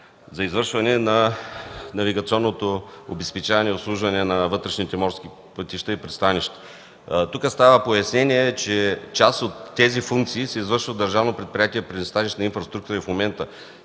за извършване на навигационното обезпечаване и обслужване на вътрешните водни пътища и пристанища. Тук правя пояснение, че част от тези функции се извършват от Държавното предприятие „Пристанищна инфраструктура” и в момента.